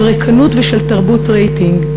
של ריקנות ושל תרבת רייטינג,